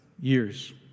years